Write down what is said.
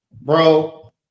Bro